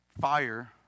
fire